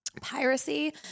piracy